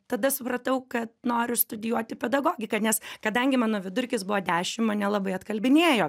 tada supratau kad noriu studijuoti pedagogiką nes kadangi mano vidurkis buvo dešim mane labai atkalbinėjo